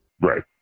Right